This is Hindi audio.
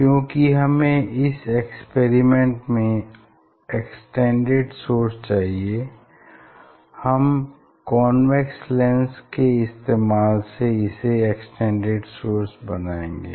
क्योंकि हमें इस एक्सपेरिमेंट में एक्सटेंडेड सोर्स चाहिए हम कॉन्वेक्स लेंस के इस्तेमाल से इसे एक्सटेंडेड सोर्स बनाएँगे